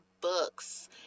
books